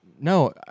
no